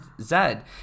Zed